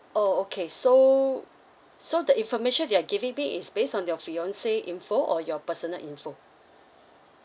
oh okay so so the information you are giving me is based on your fiance info or your personal info